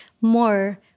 more